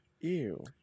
Ew